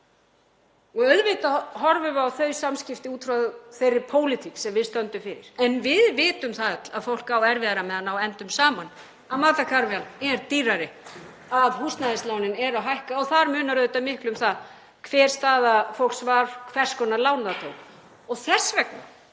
Auðvitað horfum við á þau samskipti út frá þeirri pólitík sem við stöndum fyrir en við vitum það öll að fólk á erfiðara með að ná endum saman, að matarkarfan er dýrari, að húsnæðislánin eru að hækka og þar munar auðvitað miklu um það hver staða fólks var, hvers konar lán það tók. Þess vegna